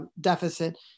deficit